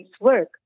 work